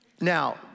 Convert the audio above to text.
now